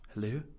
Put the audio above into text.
Hello